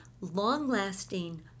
long-lasting